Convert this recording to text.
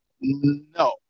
no